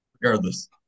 regardless